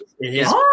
Yes